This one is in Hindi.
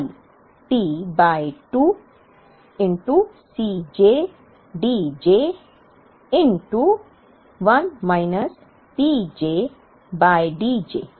तो i T by 2 C j D J 1 minus P j by D j